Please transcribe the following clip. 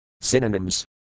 Synonyms